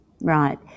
Right